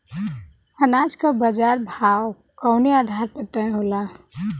अनाज क बाजार भाव कवने आधार पर तय होला?